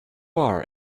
are